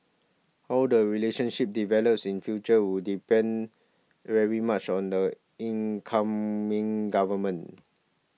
how the relationship develops in future will depend very much on the incoming government